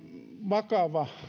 vakava